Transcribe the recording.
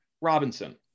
Robinson